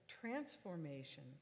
transformation